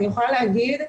אני יכולה להגיד,